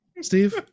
Steve